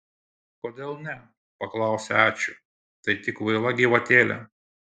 kodėl ne paklausė ačiū tai tik kvaila gyvatėlė